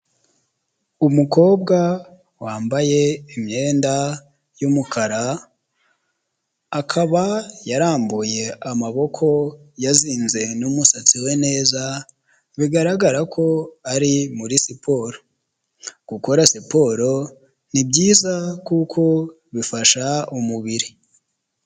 Umukobwa wambaye imyenda y'umukara, akaba yarambuye amaboko yazinze n'umusatsi we neza bigaragara ko ari muri siporo, gukora siporo ni byiza kuko bifasha umubiri.